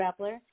grappler